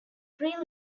free